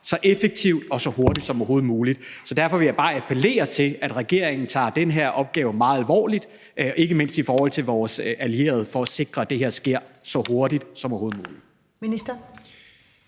så effektivt og så hurtigt som overhovedet muligt. Derfor vil jeg bare appellere til, at regeringen tager den her opgave meget alvorligt, og det gælder ikke mindst i forhold til vores allierede, og sikrer, at det her sker så hurtigt som overhovedet muligt. Kl.